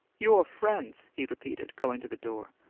your friends! he repeated, going to the door.